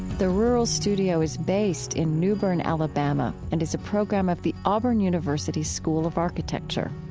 the rural studio is based in newbern, alabama, and is a program of the auburn university school of architecture.